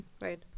Right